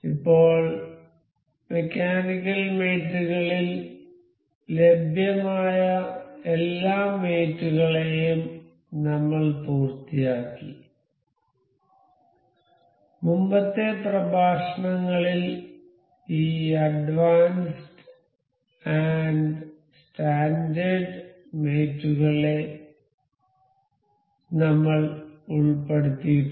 ഇപ്പോൾ mechanical mate കളിൽ ലഭ്യമായ എല്ലാ മേറ്റ് കളെയും നമ്മൾ പൂർത്തിയാക്കി മുമ്പത്തെ പ്രഭാഷണങ്ങളിൽ ഈ അഡ്വാൻസ്ഡ് ആൻഡ് സ്റ്റാൻഡേർഡ് മേറ്റ് കളെ നമ്മൾ ഉൾപ്പെടുത്തിയിട്ടുണ്ട്